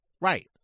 right